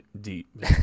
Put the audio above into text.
deep